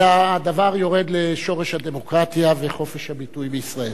אלא הדבר יורד לשורש הדמוקרטיה וחופש הביטוי בישראל.